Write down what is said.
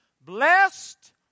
Blessed